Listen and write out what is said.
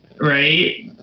right